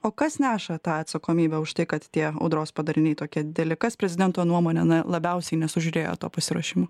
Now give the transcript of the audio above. o kas neša tą atsakomybę už tai kad tie audros padariniai tokie dideli kad prezidento nuomone na labiausiai nesužiūrėjo to pasiruošimo